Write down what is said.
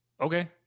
Okay